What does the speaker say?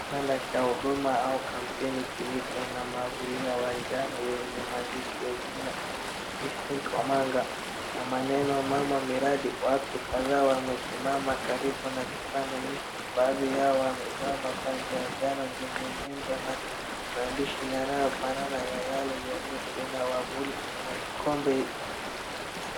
Kibanda cha maua ya njano yenye maandishi ya jina Millicent Omanga na maneno Mama Miradi. Watu kadhaa wamesimama karibu na kipanda hicho. Baadhi yao wamevaa mavazi ya njano zenye nembo na maandishi yanaofanana na yaliyoko kwenye ua vuli. Kuna kikombe na